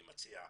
אני מציע,